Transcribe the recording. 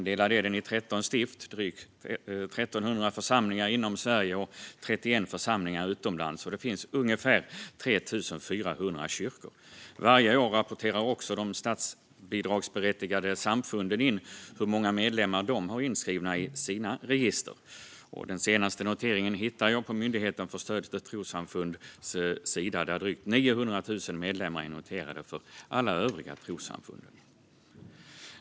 Den är indelad i 13 stift och har drygt 1 300 församlingar inom Sverige och 31 församlingar utomlands. Det finns ungefär 3 400 kyrkor. Varje år rapporterar också de statsbidragsberättigade samfunden in hur många medlemmar de har inskrivna i sina register. Den senaste noteringen hittar jag på Myndigheten för stöd till trossamfunds sida - drygt 900 000 medlemmar är noterade för alla övriga trossamfund.